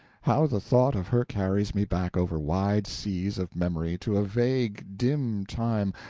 how the thought of her carries me back over wide seas of memory to a vague dim time,